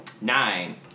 Nine